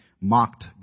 mocked